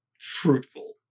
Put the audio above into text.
fruitful